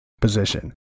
position